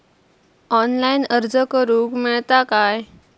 Online अर्ज करूक मेलता काय?